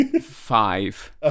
Five